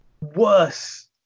worse